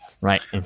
right